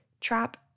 trap